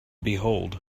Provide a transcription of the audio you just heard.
behold